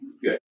Good